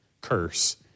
curse